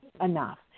enough